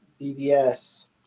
BBS